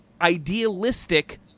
idealistic